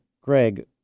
Greg